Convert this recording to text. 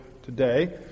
Today